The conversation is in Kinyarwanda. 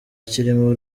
kirimo